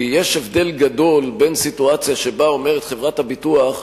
כי יש הבדל גדול בין סיטואציה שבה אומרת חברת הביטוח: